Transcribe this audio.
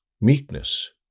meekness